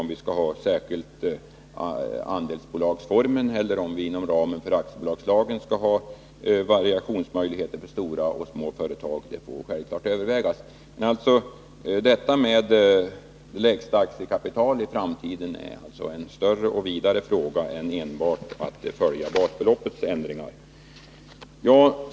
Om vi skall ha andelsbolagsformen eller om vi inom ramen för aktiebolagslagen skall ha variationsmöjligheter för stora och små företag får självfallet övervägas. Hur det lägsta aktiekapitalet skall bestämmas i framtiden är alltså ett större och vidare problem än enbart en fråga om att följa basbeloppets ändringar.